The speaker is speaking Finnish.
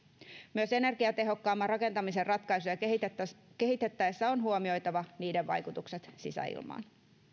myös energiatehokkaamman rakentamisen ratkaisuja kehitettäessä kehitettäessä on huomioitava niiden vaikutukset sisäilmaan